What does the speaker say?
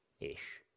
ish